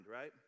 right